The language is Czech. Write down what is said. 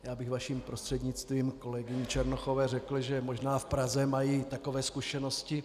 Já bych vaším prostřednictvím kolegyni Černochové řekl, že možná v Praze mají takové zkušenosti.